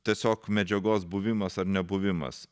tiesiog medžiagos buvimas ar nebuvimas